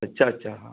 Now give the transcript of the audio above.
अच्छा अच्छा हां